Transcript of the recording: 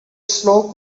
slow